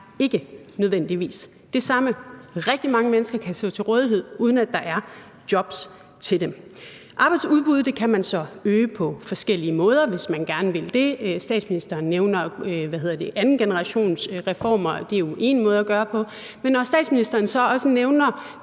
ikke nødvendigvis det samme. Rigtig mange mennesker kan stå til rådighed, uden at der er jobs til dem. Arbejdsudbuddet kan man så øge på forskellige måder, hvis man gerne vil det – statsministeren nævner andengenerationsreformer, og det er jo én måde at gøre det på. Men når statsministeren så også nævner